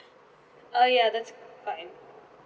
uh ya that's fine